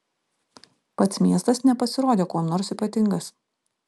pats miestas nepasirodė kuom nors ypatingas